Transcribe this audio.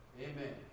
Amen